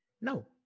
no